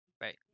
Right